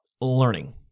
learning